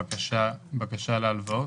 בקשה להלוואות?